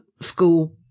school